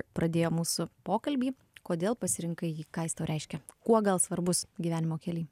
pradėjo mūsų pokalbį kodėl pasirinkai jį ką jis tau reiškia kuo gal svarbus gyvenimo kely